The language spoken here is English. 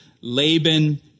Laban